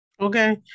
Okay